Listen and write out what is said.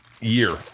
year